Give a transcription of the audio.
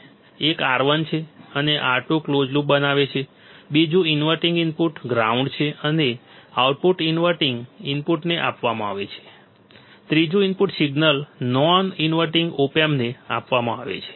એક R1 છે અને R2 કલોઝ લૂપ બનાવે છે બીજું ઇનવર્ટિંગ ઇનપુટ ગ્રાઉન્ડ છે અને આઉટપુટ ઇનવર્ટીંગ ઇનપુટને આપવામાં આવે છે ત્રીજું input signal non inverting op એમ્પને આપવામાં આવે છે